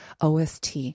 OST